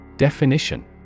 Definition